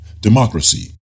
democracy